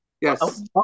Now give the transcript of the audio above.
Yes